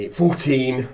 fourteen